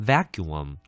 Vacuum